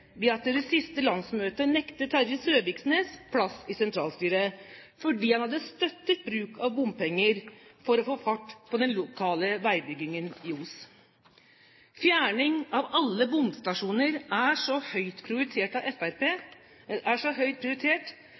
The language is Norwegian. siste landsmøte nektet Terje Søviknes plass i sentralstyret fordi han hadde støttet bruk av bompenger for å få fart på den lokale veibyggingen i Os. Fjerning av alle bomstasjoner er så høyt prioritert